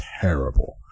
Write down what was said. terrible